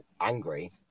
angry